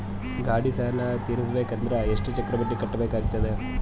ಗಾಡಿ ಸಾಲ ತಿರಸಬೇಕಂದರ ಎಷ್ಟ ಚಕ್ರ ಬಡ್ಡಿ ಕಟ್ಟಬೇಕಾಗತದ?